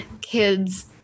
kids